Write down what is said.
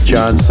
John